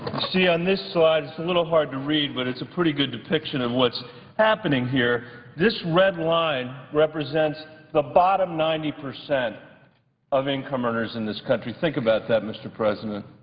see on this slide, it's a little hard to read but it's a pretty good depiction of what is happening here. this red line represents the bottom ninety percent of income earners in this country. think about that, mr. president.